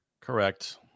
Correct